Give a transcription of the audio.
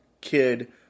kid